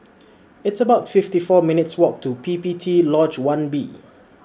It's about fifty four minutes' Walk to P P T Lodge one B